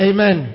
Amen